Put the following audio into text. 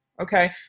okay